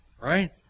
right